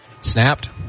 snapped